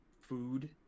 food